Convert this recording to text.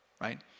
right